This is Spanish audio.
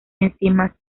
enzimas